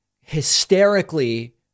hysterically